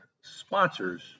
sponsors